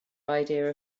idea